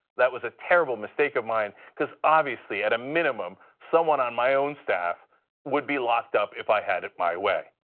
that was a terrible mistake of mine because obviously at a minimum someone on my own staff would be locked up if i had it my way.